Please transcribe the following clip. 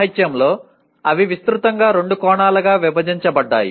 సాహిత్యంలో అవి విస్తృతంగా రెండు కోణాలుగా విభజించబడ్డాయి